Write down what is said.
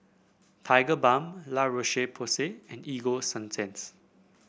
Tigerbalm La Roche Porsay and Ego Sunsense